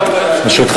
לזה.